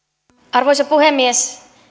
arvoisa puhemies